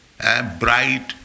bright